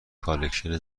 کالکشن